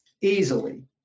Easily